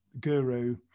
guru